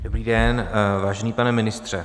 Dobrý den, vážený, pane ministře.